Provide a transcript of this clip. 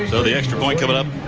so the extra point coming up.